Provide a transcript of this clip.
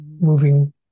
moving